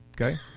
Okay